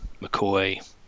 McCoy